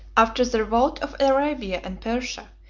after the revolt of arabia and persia,